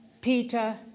Peter